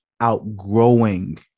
outgrowing